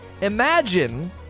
imagine